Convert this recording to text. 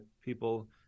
people